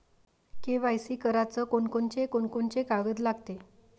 KYC कराच कोनचे कोनचे कागद लागते?